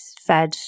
fed